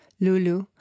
Lulu